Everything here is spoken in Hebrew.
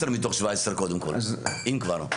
זה 12 מתוך 17, אם כבר.